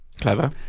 Clever